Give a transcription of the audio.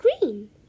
green